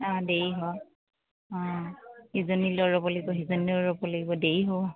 অঁ দেৰি হয় অঁ ইজনী লৈ ৰ'ব লাগিব সিজনীলৈও ৰ'ব লাগিব দেৰি হ'ব